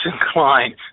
inclined